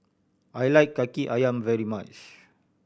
I like Kaki Ayam very much